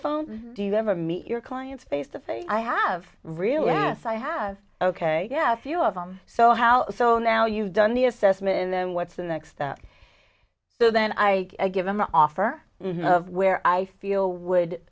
phone do you ever meet your clients face to face i have really yes i have ok yeah a few of them so how so now you've done the assessment and then what's the next step then i give them an offer of where i feel would